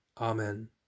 Amen